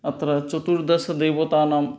अत्र चतुर्दशदेवतानां